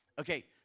Okay